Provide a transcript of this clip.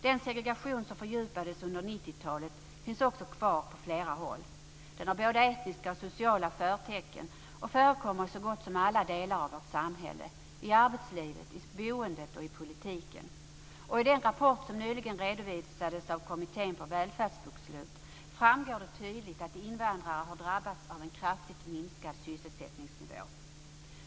Den segregation som fördjupades under 90-talet finns också kvar på flera håll. Den har både etniska och sociala förtecken, och förekommer i så gott som alla delar av vårt samhälle; i arbetslivet, i boendet och i politiken. I den rapport som nyligen redovisades av Kommittén för välfärdsbokslut framgår det tydligt att invandrare har drabbats av en kraftigt minskad sysselsättningsnivå.